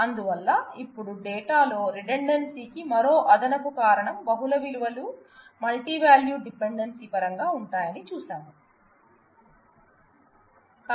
అందువల్ల ఇప్పుడు డేటాలో రిడండెన్సీ కీ మరో అదనపు కారణం బహుళ విలువలు మల్టీవాల్యూడ్ డిపెండెన్సీ పరంగా ఉంటాయని చూశాం